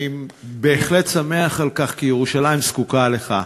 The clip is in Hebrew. אני בהחלט שמח על כך, כי ירושלים זקוקה לך.